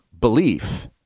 belief